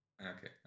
Okay